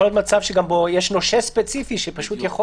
יכול להיות שיש נושה ספציפי שפשוט יכול